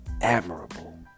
admirable